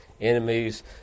enemies